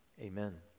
Amen